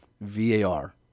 VAR